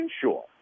Sure